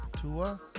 Tua